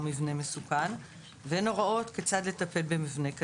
מבנה מסוכן ואין הוראות כיצד לטפל במבנה כזה.